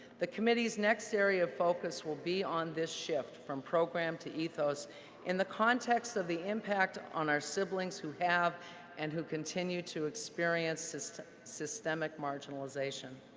the committee's next area of focus will be on this shift from program to eve those in the context of the impact on our siblings who have and who continue to experience systemic marginalization.